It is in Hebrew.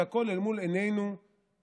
והכול אל מול עינינו הנדהמות,